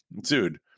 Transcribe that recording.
dude